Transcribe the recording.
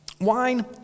Wine